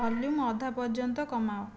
volume ଅଧା ପର୍ଯ୍ୟନ୍ତ କମାଅ